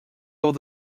able